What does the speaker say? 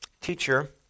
Teacher